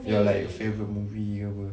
your like favourite movie ke apa